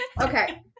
Okay